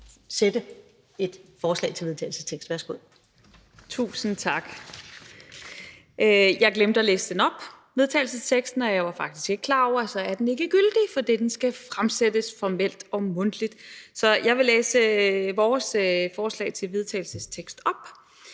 Jeg glemte at læse vedtagelsesteksten op, og jeg var faktisk ikke klar over, at så er den ikke gyldig, for den skal fremsættes formelt og mundtligt. Så jeg vil læse vores forslag til vedtagelse op.